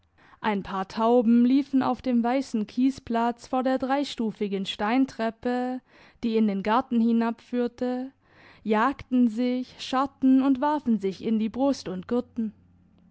ein paar tauben liefen auf dem weissen kiesplatz vor der dreistufigen steintreppe die in den garten hinabführte jagten sich scharrten und warfen sich in die brust und gurrten